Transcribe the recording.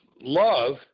love